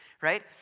right